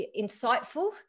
insightful